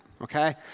okay